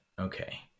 Okay